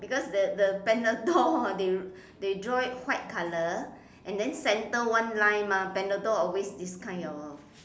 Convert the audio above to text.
because the the Panadol they they draw it white colour and then centre one line mah Panadol always this kind of